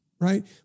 Right